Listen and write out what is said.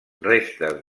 restes